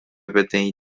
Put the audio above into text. peteĩ